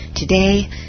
Today